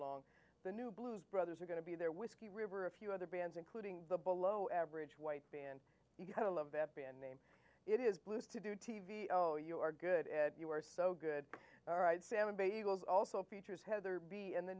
long the new blues brothers are going to be there whiskey river a few other bands including the below average white band you gotta love that band name it is blues to do t v oh you are good and you are so good all right sam bagels also features heather be in the